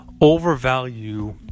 overvalue